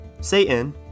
Satan